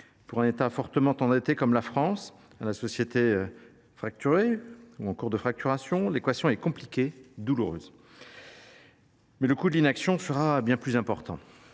Pour un État fortement endetté comme la France, dont la société est fracturée ou en cours de fracturation, l’équation est compliquée et douloureuse ; mais le coût de l’inaction serait bien plus important.